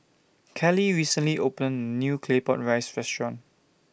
Keli recently opened A New Claypot Rice Restaurant